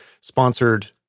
sponsored